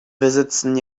besitzen